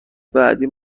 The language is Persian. بعدی